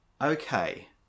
Okay